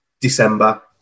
December